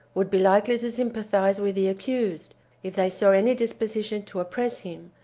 would be likely to sympathize with the accused if they saw any disposition to oppress him,